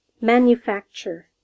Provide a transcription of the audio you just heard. Manufacture